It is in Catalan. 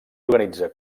organitza